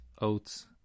oats